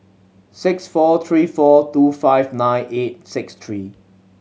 five four three four two five nine eight six three